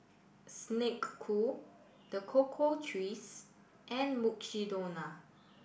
Snek Ku The Cocoa Trees and Mukshidonna